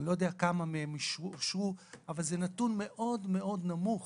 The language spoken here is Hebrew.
אני לא יודע כמה מהן אושרו אבל זה נתון מאוד מאוד נמוך.